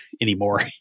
anymore